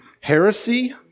heresy